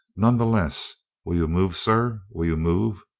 none the less, will you move, sir? will you move?